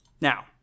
Now